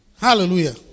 Hallelujah